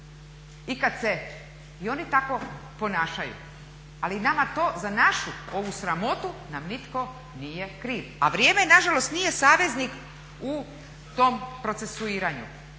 i kad se i oni tako ponašaju, ali nama to za našu ovu sramotu nam nitko nije kriv, a vrijeme nažalost nije saveznik u tom procesuiranju.